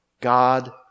God